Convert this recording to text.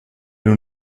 nous